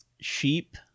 Sheep